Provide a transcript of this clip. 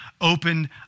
opened